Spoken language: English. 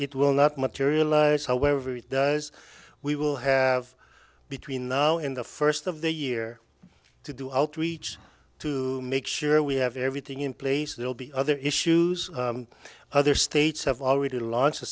it will not materialize however it does we will have between now and the first of the year to do outreach to make sure we have everything in place they'll be other issues other states have already launch